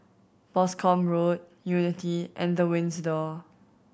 Boscombe Road Unity and The Windsor